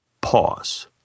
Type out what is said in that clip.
Pause